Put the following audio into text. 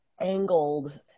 angled